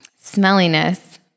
Smelliness